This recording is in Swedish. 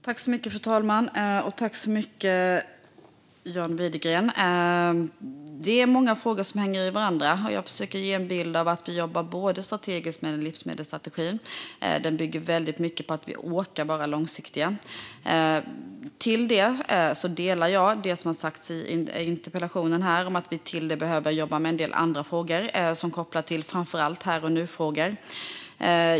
Fru talman och John Widegren! Det är många frågor som hänger ihop med varandra. Jag försöker ge en bild av att vi jobbar strategiskt med livsmedelsstrategin. Den bygger mycket på att vi orkar vara långsiktiga. Jag delar det som har sagts i interpellationen om att vi dessutom behöver jobba med en del andra frågor, framför allt kopplat till här-och-nu-frågor.